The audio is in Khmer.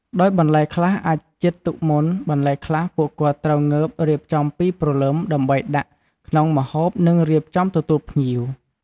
ដោយបន្លែខ្លះអាចជិតទុកមុនបន្លែខ្លះពួកគាត់ត្រូវងើបរៀបចំពីព្រលឹមដើម្បីដាក់ក្នុងម្ហូបនិងរៀបចំទទួលភ្ញៀវ។